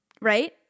Right